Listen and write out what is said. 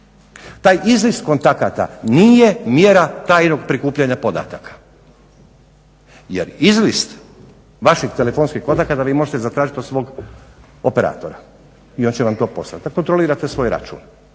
Taj izlist kontakata nije mjera tajnog prikupljanja podataka. Jer izlist vaših telefonskih kontakata vi možete zatražiti od svog operatora i on će vam to poslati, da kontrolirate svoj račun.